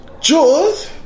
Jaws